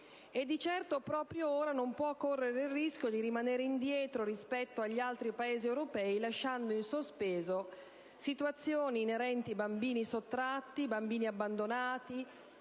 e di certo proprio ora non può correre il rischio di rimanere indietro rispetto agli altri Paesi europei, lasciando in sospeso situazioni inerenti a bambini sottratti, abbandonati,